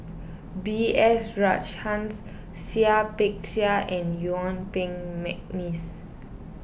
B S Rajhans Seah Peck Seah and Yuen Peng McNeice